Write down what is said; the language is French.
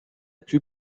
plus